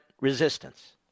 resistance